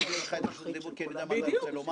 וזו הזדמנות לומר להן תודה.